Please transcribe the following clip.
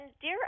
Dear